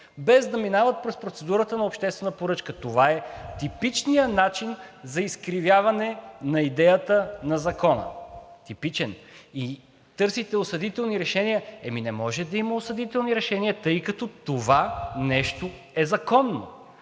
без да минават през процедурата на обществена поръчка. Това е типичният начин за изкривяване на идеята на Закона. И търсите осъдителни решения – ами, не може да има осъдителни решения, тъй като това нещо е законно.